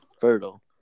fertile